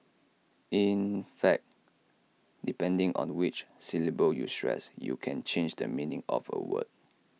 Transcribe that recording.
in fact depending on which syllable you stress you can change the meaning of A word